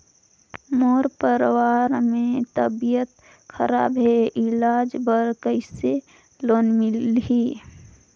मोर परवार मे तबियत खराब हे इलाज बर कइसे लोन मिलही?